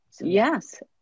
Yes